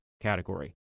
category